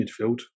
midfield